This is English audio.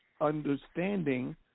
understanding